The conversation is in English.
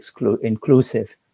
inclusive